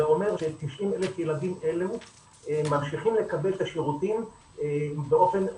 אומר ש-90,000 ילדים אלה ממשיכים לקבל את השירותים באופן מלא,